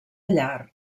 llarg